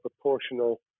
proportional